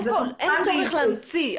אין צורך להמציא,